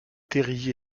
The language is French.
terry